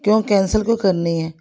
ਕਿਉਂ ਕੈਂਸਲ ਕਿਉਂ ਕਰਨੀ ਹੈ